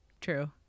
true